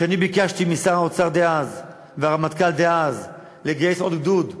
אני ביקשתי משר האוצר דאז והרמטכ"ל דאז לגייס עוד גדוד,